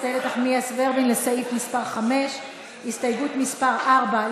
איילת נחמיאס ורבין לסעיף מס' 5. הסתייגות מס' 4,